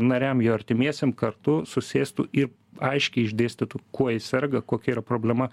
nariam jo artimiesiem kartu susėstų i aiškiai išdėstytų kuo jis serga kokia yra problema